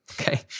okay